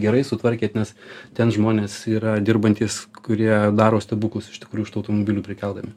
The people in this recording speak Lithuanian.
gerai sutvarkėt nes ten žmonės yra dirbantys kurie daro stebuklus iš tikrųjų iš tų automobilių prekiaudami